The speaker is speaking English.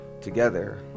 together